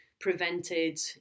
Prevented